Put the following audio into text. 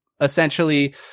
essentially